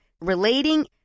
relating